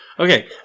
Okay